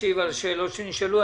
להשיב על השאלות שנשאלו.